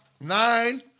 nine